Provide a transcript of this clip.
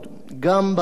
גם בארנונה,